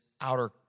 outer